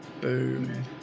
Boom